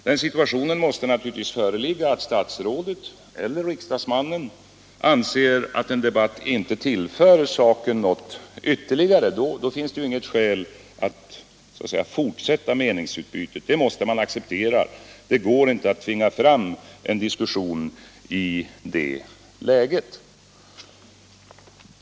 Den situationen måste naturligtvis kunna föreligga att statsrådet eller riksdagsmannen anser att en debatt inte tillför saken något ytterligare. Då finns det inget skäl att fortsätta meningsutbytet. Man måste acceptera att det inte går att tvinga fram en diskussion i det läget.